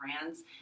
brands